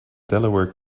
delaware